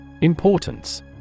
Importance